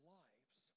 lives